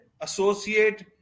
associate